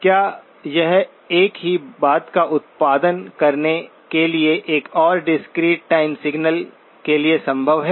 क्या यह एक ही बात का उत्पादन करने के लिए एक और डिस्क्रीट टाइम सिग्नल के लिए संभव है